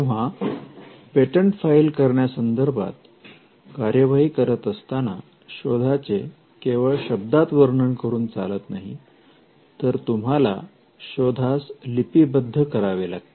तेव्हा patent file करण्यासंदर्भात कार्यवाही करत असताना शोधाचे केवळ शब्दात वर्णन करून चालत नाही तर तुम्हाला शोधास लिपिबद्ध करावे लागते